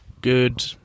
good